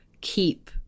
keep